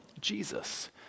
Jesus